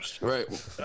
right